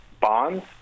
bonds